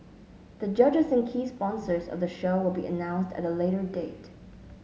the judges and key sponsors of the show will be announced at a later date